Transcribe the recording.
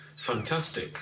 Fantastic